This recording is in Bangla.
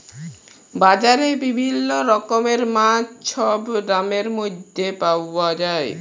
বাজারে বিভিল্ল্য রকমের মাছ ছব দামের ম্যধে পাউয়া যায়